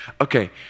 Okay